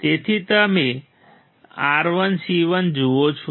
તેથી તમે R1 C1 જુઓ છો